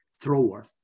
thrower